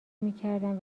میکردم